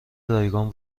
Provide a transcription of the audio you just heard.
رایگان